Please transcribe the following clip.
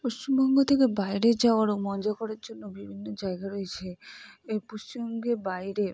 পশ্চিমবঙ্গ থেকে বাইরে যাওয়ার ও মজা করার জন্য বিভিন্ন জায়গা রয়েছে এই পশ্চিমবঙ্গের বাইরে